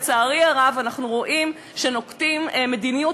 לצערי הרב אנחנו רואים שנוקטים מדיניות